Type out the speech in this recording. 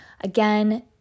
Again